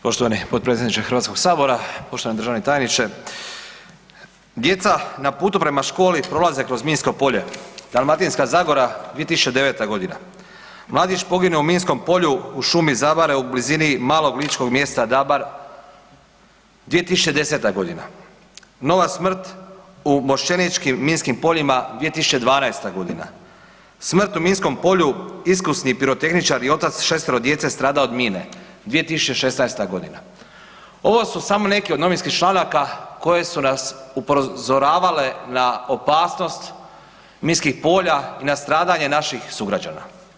Poštovani potpredsjedniče Hrvatskog sabora, poštovani državni tajniče, djeca na putu prema školi prolaze kroz minsko polje, Dalmatinska Zagora 2009. godina, Mladić poginuo u minskom polju u šumi Zavare u blizini malog ličkog mjesta Dabar 2010. godina, Nova smrt u Mošćeničkim minskim poljima 2012. godina, Smrt u minskom polju iskusni pirotehničar i otac 6-toro djece stradao od mine 2016. godina, ovo su samo neki od novinskih članaka koje su nas upozoravale na opasnost minskih polja i na stradanje naših sugrađana.